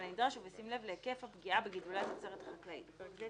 הנדרש ובשים לב להיקף הפגיעה בגידולי התוצרת החקלאות (בפרק זה,